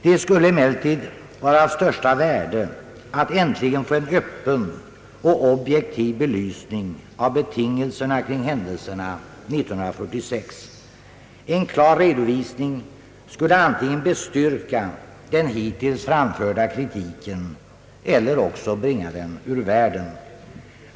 Det skulle emellertid vara av största värde att äntligen få en öppen och objektiv belysning av betingelserna kring händelserna 1946. En klar redovisning skulle antingen bestyrka den hittills framförda kritiken eller också bringa den ur världen.